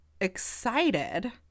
excited